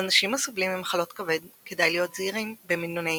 לאנשים הסובלים ממחלות כבד כדאי להיות זהירים במינוני